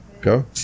Go